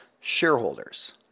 shareholders